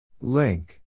Link